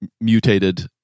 mutated